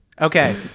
Okay